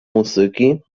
muzyki